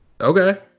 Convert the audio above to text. Okay